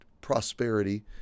prosperity